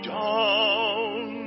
down